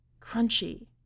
crunchy